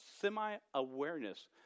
semi-awareness